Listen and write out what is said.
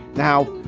now,